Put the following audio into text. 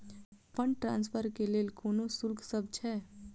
Fund transfer केँ लेल कोनो शुल्कसभ छै?